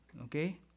okay